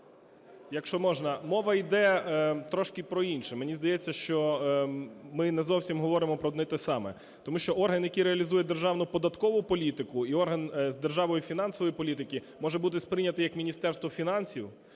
Якщо можна. Мова йде трошки про інше. Мені здається, що ми не зовсім говоримо про одне й те саме. Тому що орган, який реалізує державну податкову політику, і орган з державної і фінансової політики може бути сприйнятий як Міністерство фінансів,